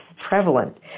prevalent